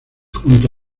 junto